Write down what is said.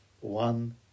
One